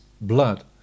blood